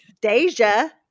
Deja